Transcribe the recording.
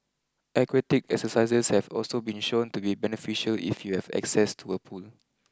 Aquatic exercises have also been shown to be beneficial if you have access to a pool